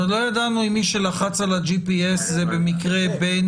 לא ידענו אם מי שלחץ על ה-GPS זה במקרה בן